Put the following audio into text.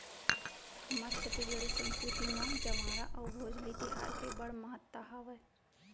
हमर छत्तीसगढ़ी संस्कृति म जंवारा अउ भोजली तिहार के बड़ महत्ता हावय